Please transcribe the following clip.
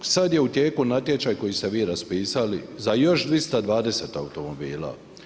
Sad je u tijeku natječaj koji ste vi raspisali za još 220 automobila.